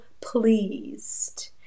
pleased